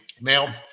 Now